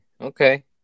Okay